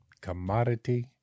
commodity